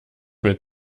mit